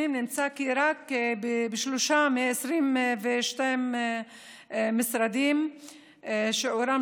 נמצא כי רק בשלושה מ-22 משרדים שיעורם